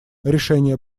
решение